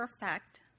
perfect